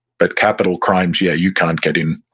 but capital crimes, yeah, you can't get in.